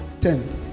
Ten